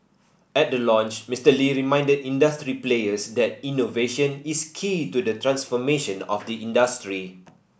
at the launch Mister Lee reminded industry players that innovation is key to the transformation of the industry